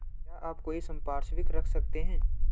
क्या आप कोई संपार्श्विक रख सकते हैं?